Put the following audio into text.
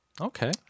Okay